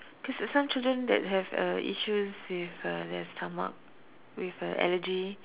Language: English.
cause at some children that have uh issues with uh their stomach with uh allergy